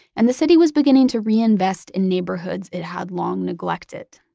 and the city was beginning to reinvest in neighborhoods it had long neglected.